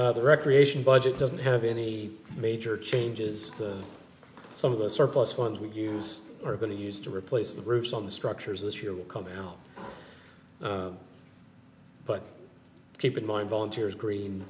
other recreation budget doesn't have any major changes to some of the surplus ones we use are going to use to replace the roofs on the structures this year will come out but keep in mind volunteers